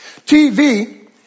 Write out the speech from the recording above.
TV